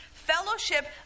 Fellowship